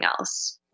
else